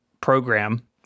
program